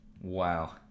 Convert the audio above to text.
Wow